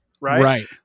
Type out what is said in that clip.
Right